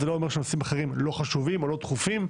זה לא אומר שנושאים אחרים לא חשובים או לא דחופים,